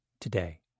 today